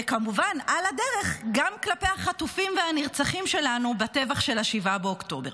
וכמובן על הדרך גם כלפי החטופים והנרצחים שלנו בטבח של 7 באוקטובר.